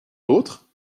d’autres